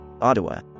Ottawa